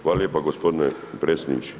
Hvala lijepa gospodine predsjedniče.